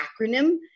acronym